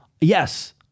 yes